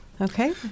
Okay